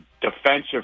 defensive